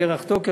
לירח טוקר,